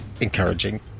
encouraging